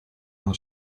uno